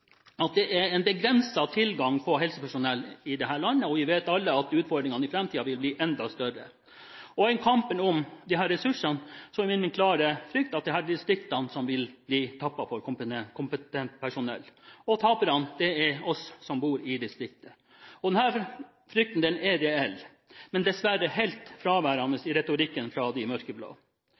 det er begrenset tilgang på helsepersonell i dette landet, og vi vet alle at utfordringene i framtiden vil bli enda større. I kampen om disse ressursene er min klare frykt at det vil være distriktene som blir tappet for kompetent personell, og taperne er vi som bor i distriktene. Denne frykten er reell, men dessverre helt fraværende i retorikken til de mørkeblå.